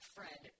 Fred